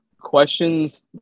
questions